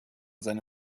seine